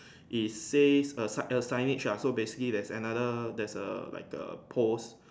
it says a sign a signage ah so basically there is another there is a like a post